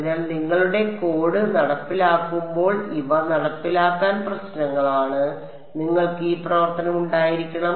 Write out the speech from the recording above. അതിനാൽ നിങ്ങളുടെ കോഡ് നടപ്പിലാക്കുമ്പോൾ ഇവ നടപ്പിലാക്കൽ പ്രശ്നങ്ങളാണ് നിങ്ങൾക്ക് ഈ പ്രവർത്തനം ഉണ്ടായിരിക്കണം